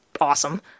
awesome